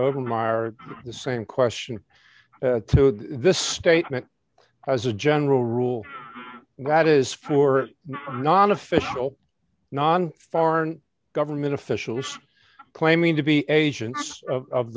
omar the same question to this statement as a general rule that is for non official non foreign government officials claiming to be asian of